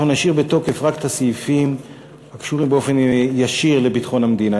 אנחנו נשאיר בתוקף רק את הסעיפים הקשורים באופן ישיר לביטחון המדינה.